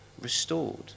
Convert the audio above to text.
restored